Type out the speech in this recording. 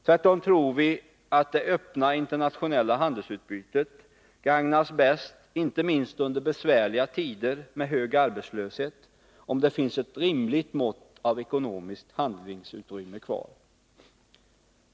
Tvärtom tror vi att det öppna internationella handelsutbytet gagnas bäst — inte minst under besvärliga tider med hög arbetslöshet — av att det finns ett rimligt mått av ekonomiskt handlingsutrymme kvar.